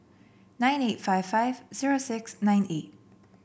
nine eight five five zero six nine eight